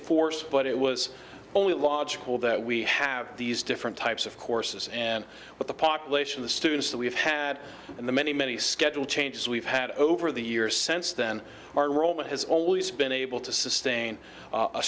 force but it was only logical that we have these different types of courses and with the population the students that we've had and the many many schedule changes we've had over the years since then our role has always been able to sustain a